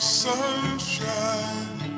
sunshine